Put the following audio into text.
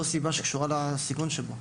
ולא בגלל סיבה שקשורה לסיכון שבו.